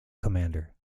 commander